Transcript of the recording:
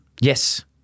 Yes